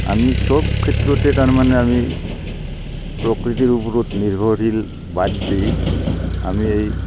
আমি চব ক্ষেত্ৰতে তাৰমানে আমি প্ৰকৃতিৰ ওপৰত নিৰ্ভৰশীল বাদ দি আমি এই